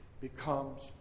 becomes